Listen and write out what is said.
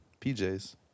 PJs